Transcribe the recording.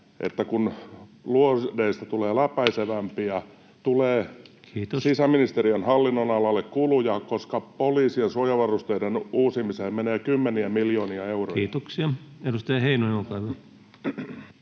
että kun luodeista tulee läpäisevämpiä, tulee sisäministeriön hallinnonalalle kuluja, koska poliisien suojavarusteiden uusimiseen menee kymmeniä miljoonia euroja. [Speech 94] Speaker: Ensimmäinen